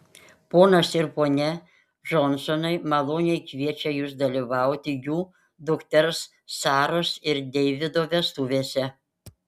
ponas ir ponia džonsonai maloniai kviečia jus dalyvauti jų dukters saros ir deivido vestuvėse